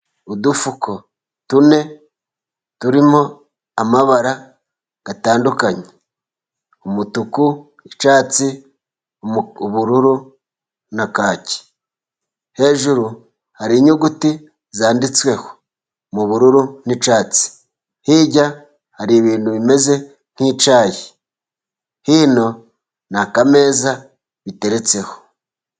Udufuka tune turimo amabara atandukanye umutuku, icyatsi, ubururu na kaki. Hejuru hari inyuguti zanditsweho mu bururu n'icyatsi. Hirya hari ibintu bimeze nk'icyayi, hino ni akameza biteretseho.